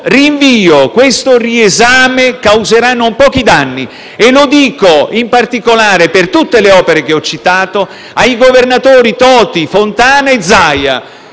Questo riesame causerà non pochi danni e lo dico in particolare, per tutte le opere che ho citato, ai governatori Toti, Fontana e Zaia